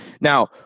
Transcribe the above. Now